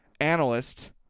analyst